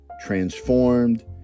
transformed